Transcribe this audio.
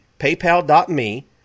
paypal.me